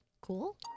Cool